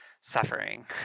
suffering